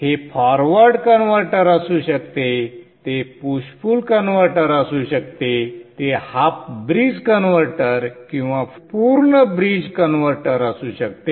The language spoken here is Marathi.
हे फॉरवर्ड कन्व्हर्टर असू शकते ते पुश पुल कन्व्हर्टर असू शकते ते हाफ ब्रिज कन्व्हर्टर किंवा पूर्ण ब्रिज कन्व्हर्टर असू शकते